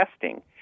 testing